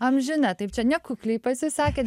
amžina taip čia nekukliai pasisakėt